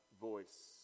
voice